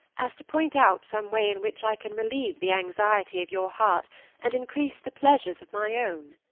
as to point out some way in which i can relieve the anxiety of your heart and increase the pleasures of my own.